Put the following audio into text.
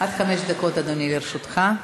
עד חמש דקות, אדוני, לרשותך.